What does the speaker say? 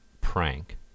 prank